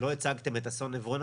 שלא הצגתם את אסון עברונה,